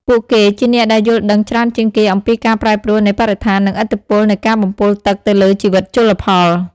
ពួកគេជាអ្នកដែលយល់ដឹងច្រើនជាងគេអំពីការប្រែប្រួលនៃបរិស្ថាន និងឥទ្ធិពលនៃការបំពុលទឹកទៅលើជីវិតជលផល។